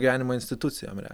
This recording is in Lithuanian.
gyvenimo institucijom realiai